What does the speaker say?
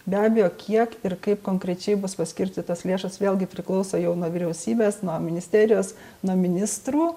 be abejo kiek ir kaip konkrečiai bus paskirstytos lėšos vėlgi priklauso jau nuo vyriausybės nuo ministerijos nuo ministrų